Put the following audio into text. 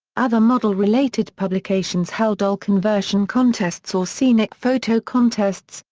other model-related publications held doll-conversion contests or scenic photo contests,